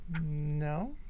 no